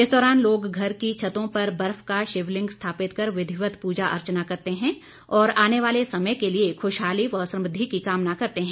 इस दौरान लोग घर की छतों पर बर्फ का शिवलिंग स्थापित कर विधिवत पूजा अर्चना करते हैं और आने वाले समय के लिये खुशहाली व समृद्वि की कामना करते हैं